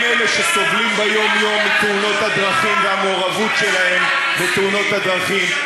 הם שסובלים ביום-יום מתאונות הדרכים והמעורבות שלהם בתאונות הדרכים.